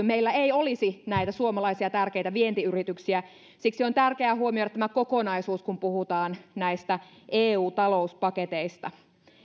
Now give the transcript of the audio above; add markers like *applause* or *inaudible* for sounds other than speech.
*unintelligible* meillä ei olisi näitä suomalaisia tärkeitä vientiyrityksiä siksi on tärkeää huomioida tämä kokonaisuus kun puhutaan näistä eu talouspaketeista